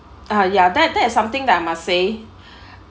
ah ya that that is something that I must say